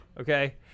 Okay